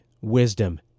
wisdom